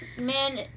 man